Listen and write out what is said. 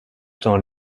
temps